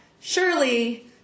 surely